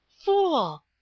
Fool